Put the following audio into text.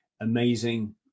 amazing